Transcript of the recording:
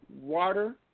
Water